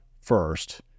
first